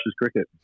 cricket